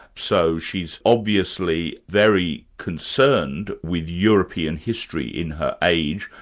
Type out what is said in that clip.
so she's obviously very concerned with european history in her age,